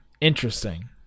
interesting